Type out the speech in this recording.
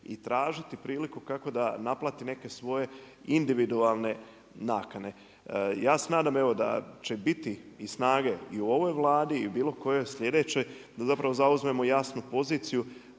i tražiti priliku kako da naplati neke svoje individualne nakane. Ja se nadam evo da će biti i snage i u ovoj Vladi i u bilo kojoj sljedećoj da zapravo zauzmemo jasnu poziciju